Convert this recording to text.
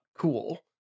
cool